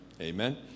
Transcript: Amen